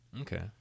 Okay